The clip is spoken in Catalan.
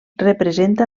representa